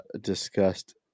discussed